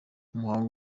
umuhango